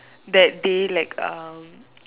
that day like um